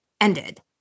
ended